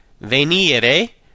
Venire